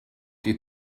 die